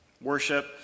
worship